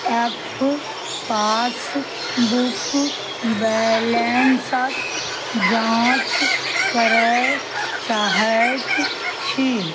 F passbook बैलेंसक जाँच करय चाहैत छी